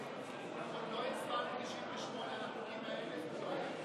או מיקי מכלוף זוהר, חבר הכנסת זוהר,